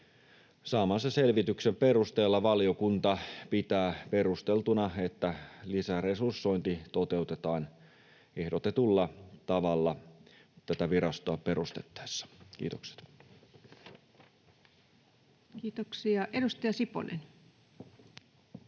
Saamansa selvityksen perusteella valiokunta pitää perusteltuna, että lisäresursointi toteutetaan ehdotetulla tavalla tätä virastoa perustettaessa. — Kiitokset. [Speech